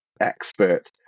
expert